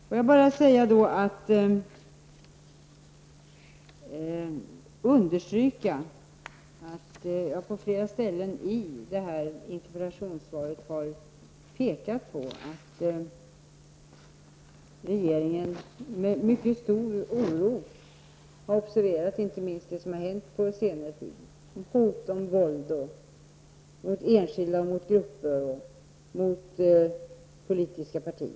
Får jag också understryka att jag på flera ställen i interpellationssvaret har pekat på att regeringen med mycket stor oro har observerat inte minst det som har hänt på senare tid -- hot om våld mot enskilda, mot grupper och mot politiska partier.